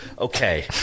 Okay